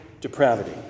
depravity